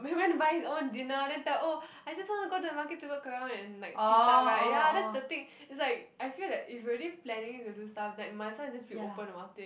orh orh orh ya